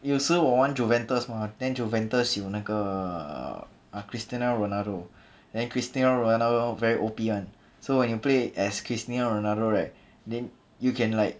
有时候我玩 juventus mah then juventus 有那个 cristiano ronaldo then cristiano ronaldo very O_P [one] so when you play as cristiano ronaldo right then you can like